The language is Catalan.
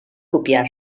copiar